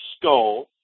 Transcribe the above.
skull